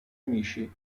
amici